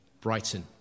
Brighton